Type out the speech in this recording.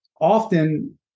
often